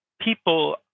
people